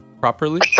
properly